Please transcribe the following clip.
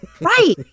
Right